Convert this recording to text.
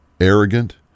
arrogant